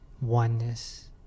oneness